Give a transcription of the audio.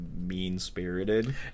mean-spirited